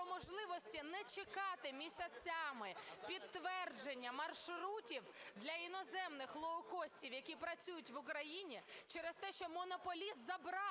Дякую.